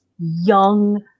young